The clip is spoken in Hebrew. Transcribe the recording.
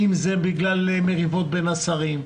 אם זה בגלל מריבות בין השרים.